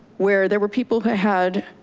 where there were people that had